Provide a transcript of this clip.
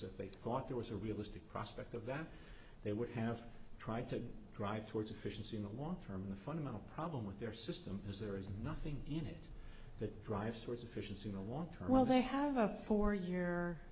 if they thought there was a realistic prospect of that they would have tried to drive towards efficiency in the long term the fundamental problem with their system is there is nothing in it that drives towards officials in a long term well they have a four year